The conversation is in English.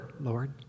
Lord